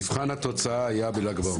מבחן התוצאה היה בל"ג בעומר.